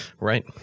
Right